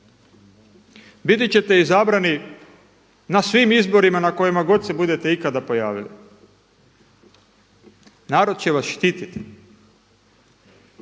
Biti ćete izabrani na svim izborima na kojima god se budete ikada pojavili. Narod će vas štitit.